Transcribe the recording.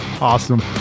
Awesome